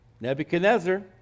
Nebuchadnezzar